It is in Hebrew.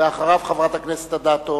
ואחריו, חברת הכנסת אדטו.